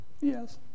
Yes